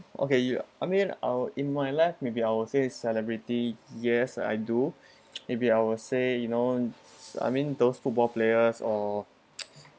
okay you I mean I'll in my left maybe I will say celebrity yes I do maybe I will say you know I mean those football players or